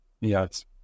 Yes